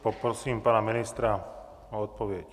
Poprosím pana ministra o odpověď.